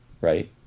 right